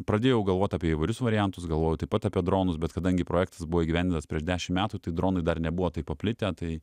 pradėjau galvot apie įvairius variantus galvojau taip pat apie dronus bet kadangi projektas buvo įgyvendintas prieš dešim metų tai dronai dar nebuvo taip paplitę tai